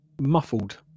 muffled